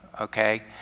okay